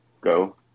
go